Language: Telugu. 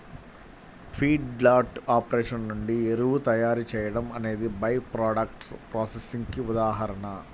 ఫీడ్లాట్ ఆపరేషన్ నుండి ఎరువు తయారీ చేయడం అనేది బై ప్రాడక్ట్స్ ప్రాసెసింగ్ కి ఉదాహరణ